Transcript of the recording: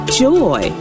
joy